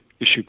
issue